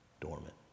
dormant